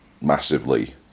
massively